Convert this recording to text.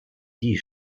die